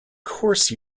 course